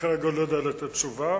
כרגע אני לא יודע לתת תשובה.